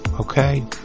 Okay